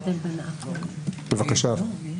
בבקשה אדוני.